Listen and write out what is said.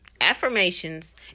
affirmations